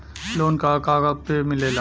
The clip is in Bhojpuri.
लोन का का पे मिलेला?